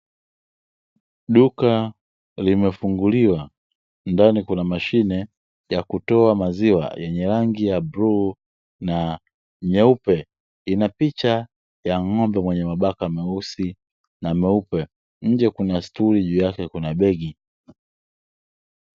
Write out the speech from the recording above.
Duka limefunguliwa. Ndani kuna mashine ya kutoa maziwa yenye rangi ya bluu na nyeupe, ina picha ya ng’ombe mwenye mabaka meusi na meupe. Nje kuna stuli, juu yake kuna begi.